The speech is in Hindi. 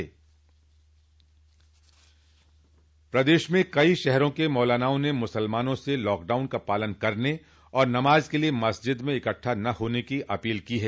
प्रेदश में कई शहरों के मौलानाओं ने मुसलमानों से लॉकडाउन का पालन करने और नमाज के लिए मस्जिद में इक्ट्डा न होने की अपील की है